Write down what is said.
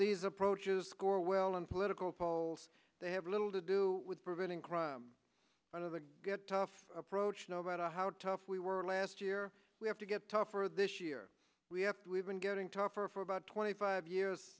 these approaches score well in political polls they have little to do with preventing crime under the get tough approach know about how tough we were last year we have to get tougher this year we have to we've been getting tougher for about twenty five years